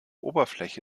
oberfläche